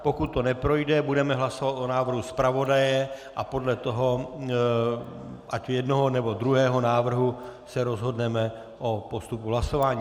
Pokud to neprojde, budeme hlasovat o návrhu zpravodaje a podle toho ať jednoho, nebo druhého návrhu se rozhodneme o postupu hlasování.